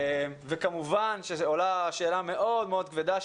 וכמובן עולה שאלה מאוד מאוד כבדה,